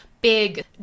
big